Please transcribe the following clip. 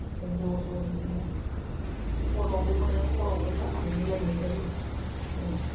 जों ज' ज' बिदिनो हरावबो मोनो हरावबो सानानै लायनाय जायो जोङो